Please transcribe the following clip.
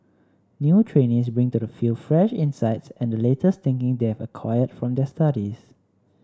new trainees bring to the field fresh insights and the latest thinking they have acquired from their studies